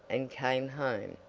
and came home.